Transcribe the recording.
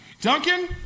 Duncan